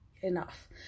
enough